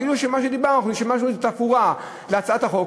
כאילו מה שדיברנו, שימשנו איזה תפאורה להצעת החוק.